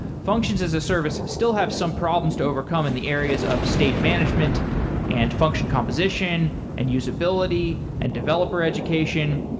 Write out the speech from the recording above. functions as a service still have some problems to overcome in the areas of state management and function composition and usability and developer education,